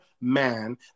man